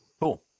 Cool